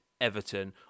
Everton